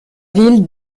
ville